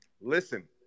Listen